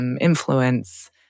influence